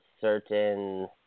certain